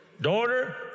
Daughter